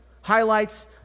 highlights